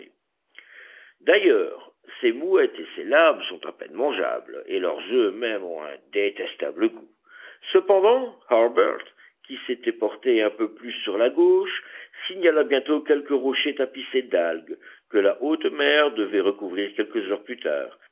d'ailleurs ces mouettes et ces labbes sont à peine mangeables et leurs oeufs même ont un détestable goût cependant harbert qui s'était porté un peu plus sur la gauche signala bientôt quelques rochers tapissés d'algues que la haute mer devait recouvrir quelques heures plus tard